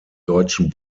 deutschen